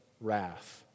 wrath